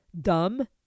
dumb